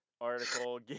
article